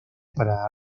para